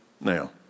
now